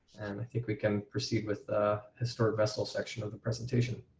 and i think we can proceed with the historic vessel section of the presentation.